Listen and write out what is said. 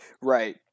Right